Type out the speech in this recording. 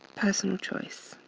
personal choice.